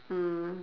mm